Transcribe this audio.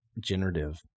generative